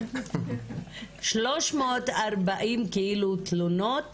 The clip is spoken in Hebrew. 340 תלונות